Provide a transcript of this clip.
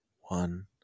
one